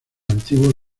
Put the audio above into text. antiguo